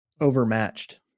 overmatched